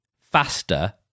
faster